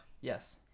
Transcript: Yes